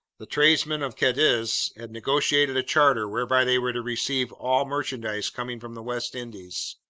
the tradesmen of cadiz had negotiated a charter whereby they were to receive all merchandise coming from the west indies.